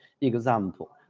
Example